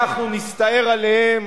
אנחנו נסתער עליהם,